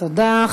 תודה.